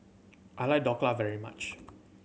I like Dhokla very much